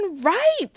Right